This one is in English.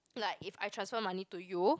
like if I transfer money to you